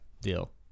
deal